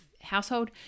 household